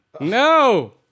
No